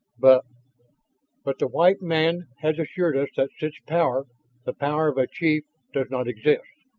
but but the white man has assured us that such power the power of a chief does not exist?